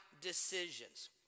decisions